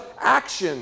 action